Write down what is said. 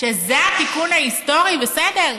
שזה התיקון ההיסטורי, בסדר,